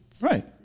Right